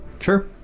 sure